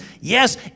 Yes